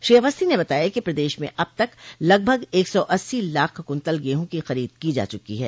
श्री अवस्थी ने बताया कि प्रदेश में अब तक लगभग एक सौ अस्सी लाख कुन्तल गेहूँ की खरीद की जा चुकी है